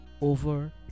over